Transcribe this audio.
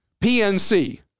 PNC